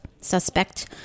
suspect